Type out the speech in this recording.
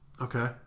Okay